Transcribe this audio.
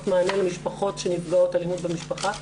מענה למשפחות שנפגעות אלימות במשפחה,